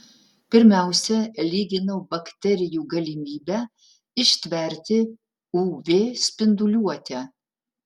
pirmiausia lyginau bakterijų galimybę ištverti uv spinduliuotę